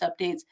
Updates